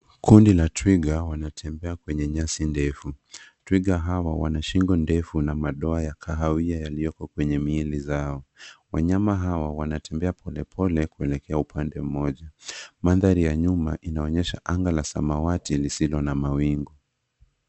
Kundi la twiga wanatembea kwenye nyasi ndefu twiga hawa wana shingo ndefu na madoa ya kahawia yaliyoko kwenye miili zao. Wanyama hawa wanatembea polepole kuelekea upande mmoja mandhari ya nyuma inaonyesha anga la samawati lisilo na mawingu.